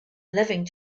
living